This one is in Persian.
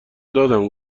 دادم